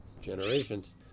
generations